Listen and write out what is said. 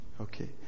Okay